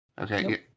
Okay